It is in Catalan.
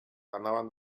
anaven